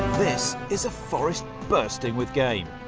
this is a forest bursting with game.